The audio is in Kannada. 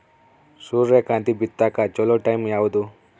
ಸೂರ್ಯಕಾಂತಿ ಬಿತ್ತಕ ಚೋಲೊ ಟೈಂ ಯಾವುದು?